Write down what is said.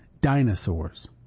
dinosaurs